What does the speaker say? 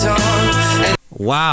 Wow